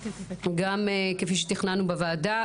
גם כפי שתכננו בוועדה,